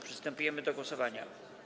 Przystępujemy do głosowania.